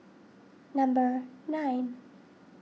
number nine